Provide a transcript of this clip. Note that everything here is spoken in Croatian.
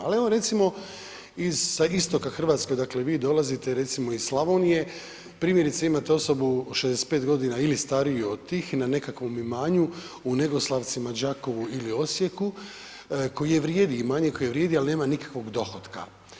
Ali evo, recimo, sa istoka Hrvatske, dakle vi dolazite, recimo iz Slavonije, primjerice, imate osobu 65 godina ili stariju od tih na nekakvom imanju, u Negoslavcima, Đakovu ili Osijeku koji vrijedi, imanje koje vrijedi, ali nema nikakvog dohotka.